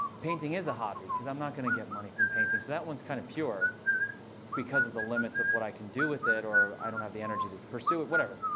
painting is a hobby, because i'm not going to get money from painting. that one's kind of pure because of the limits of what i can do with it, or i don't have the energy to pursue it, whatever.